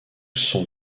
sont